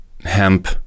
hemp